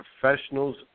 professionals